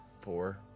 four